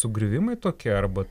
sugriuvimai tokie arba